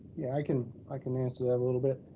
yeah, i can i can answer that a little bit.